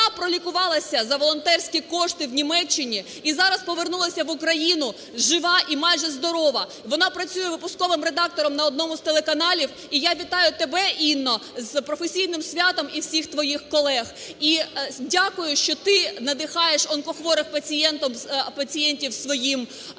вона пролікувалася за волонтерські кошти в Німеччині і зараз повернулася в Україну жива і майже здорова. Вона працює випусковим редактором на одному з телеканалів. І я вітаю тебе, Інно, з професійним святом і всіх твоїх колег. І дякую, що ти надихаєш онкохворих пацієнтів своїм прикладом.